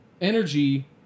energy